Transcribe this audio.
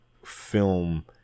film